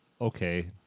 Okay